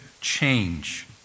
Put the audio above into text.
change